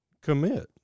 commit